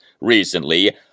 recently